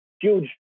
huge